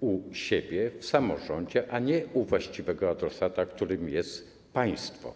u siebie, do samorządów, a nie do właściwego adresata, jakim jest państwo.